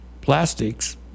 plastics